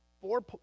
Four